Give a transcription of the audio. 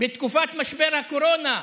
בתקופת משבר הקורונה.